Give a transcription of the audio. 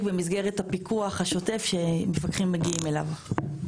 במסגרת הפיקוח השוטף שמפקחים מגיעים אליו.